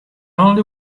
only